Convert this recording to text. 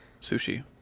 Sushi